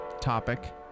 topic